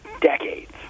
decades